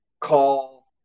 call